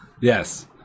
Yes